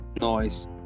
noise